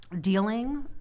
dealing